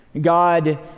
God